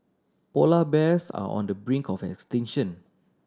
polar bears are on the brink of extinction